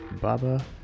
Baba